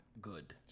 good